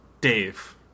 Dave